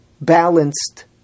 balanced